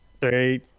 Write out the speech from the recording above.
Three